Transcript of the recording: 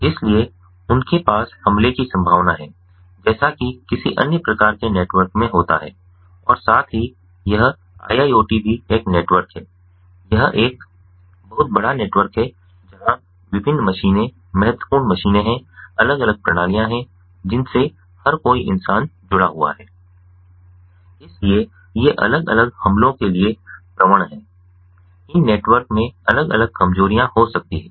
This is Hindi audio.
इसलिए उनके पास हमले की संभावना है जैसा की किसी अन्य प्रकार के नेटवर्क में होता है और साथ ही यह IIoT भी एक नेटवर्क है यह एक बहुत बड़ा नेटवर्क है जहाँ विभिन्न मशीनें महत्वपूर्ण मशीनें हैं अलग अलग प्रणालियाँ हैं जिनसे हर कोई इंसान जुड़ा हुआ है इसलिए ये अलग अलग हमलों के लिए प्रवण हैं इन नेटवर्क में अलग अलग कमजोरियां हो सकती हैं